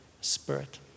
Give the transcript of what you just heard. Spirit